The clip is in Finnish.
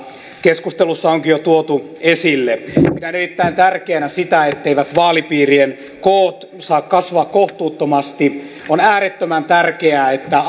keskustelussa onkin jo tuotu esille pidän erittäin tärkeänä sitä etteivät vaalipiirien koot saa kasvaa kohtuuttomasti on äärettömän tärkeää että